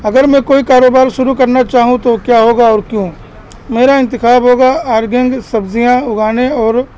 اگر میں کوئی کاروبار شروع کرنا چاہوں تو کیا ہوگا اور کیوں میرا انتخاب ہوگا آر گنگ سبزیاں اگانے اور